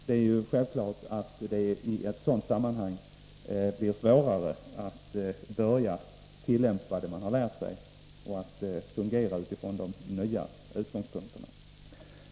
Det är självklart att det i en sådan omgivning blir svårare att börja tillämpa det man lärt sig och att fungera utifrån de nya utgångspunkterna.